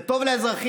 זה טוב לאזרחים,